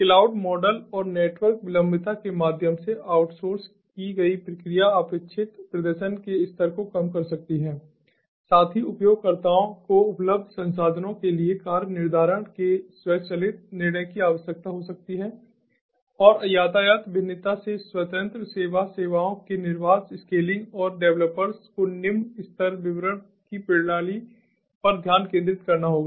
cloud model और network विलंबता के माध्यम से आउटसोर्स की गई प्रक्रिया अपेक्षित प्रदर्शन के स्तर को कम कर सकती है साथ ही उपयोगकर्ताओं को उपलब्ध संसाधनों के लिए कार्य निर्धारण के स्वचालित निर्णय की आवश्यकता हो सकती है और यातायात भिन्नता से स्वतंत्र सेवा सेवाओं के निर्बाध स्केलिंग और डेवलपर्स को निम्न स्तर विवरण की प्रणाली पर ध्यान केंद्रित करना होगा